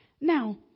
Now